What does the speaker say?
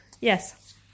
Yes